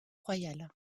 royale